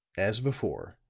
as before,